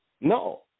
No